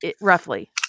roughly